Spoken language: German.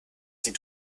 sie